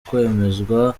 kwemezwa